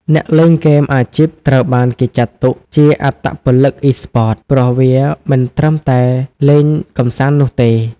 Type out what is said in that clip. អ្នកលេងហ្គេមអាជីពត្រូវបានគេចាត់ទុកជា អត្តពលិកអុីស្ព័ត ព្រោះវាមិនត្រឹមតែលេងកម្សាន្តនោះទេ។